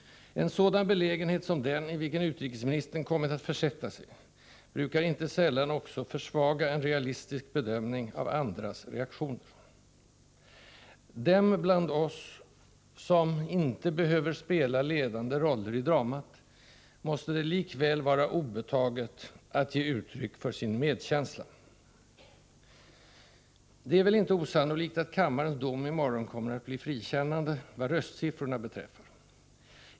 En sådan belägenhet som den i vilken utrikesministern kommit att försätta sig brukar inte sällan också försvaga en realistisk bedömning av andras reaktioner. Dem bland oss, som inte behöver spela ledande roller i dramat, måste det likväl vara obetaget att ge uttryck för sin medkänsla. Det är väl inte osannolikt att kammarens dom i morgon kommer att bli frikännande, vad röstsiffrorna beträffar.